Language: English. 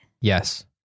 Yes